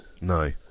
No